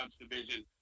division